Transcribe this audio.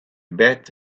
bet